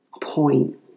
point